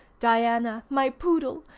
diana, my poodle!